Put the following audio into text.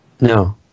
No